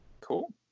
cool